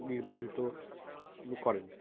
নির্বাহিত করেন